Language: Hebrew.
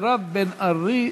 מירב בן ארי,